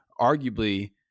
arguably